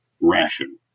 Ration